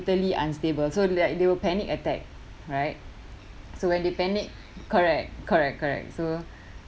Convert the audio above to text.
mentally unstable so like they will panic attack right so when they panic correct correct correct so